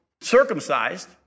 circumcised